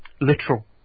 literal